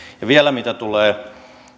vielä mitä tulee